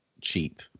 cheap